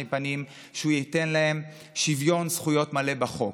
פנים שהוא ייתן להם שוויון זכויות מלא בחוק,